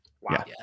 wow